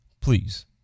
Please